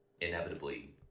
inevitably